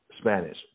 Spanish